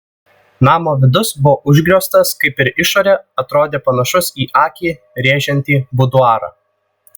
namo vidus buvo užgrioztas kaip ir išorė atrodė panašus į akį rėžiantį buduarą